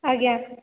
ଆଜ୍ଞା